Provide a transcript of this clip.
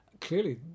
clearly